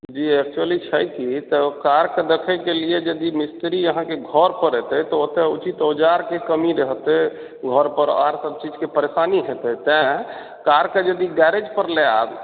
जी actually छै की तऽ कारके देखैके लिए यदि मिस्त्री अहाँके घर पर अयतै तऽ ओतऽ उचित औजारके कमी रहतै घर पर आओर सब चीजके परेशानी हेतै तैं कारके यदि गैरेज पर लऽ आबि